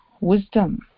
wisdom